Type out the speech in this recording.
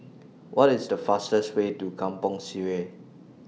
What IS The fastest Way to Kampong Sireh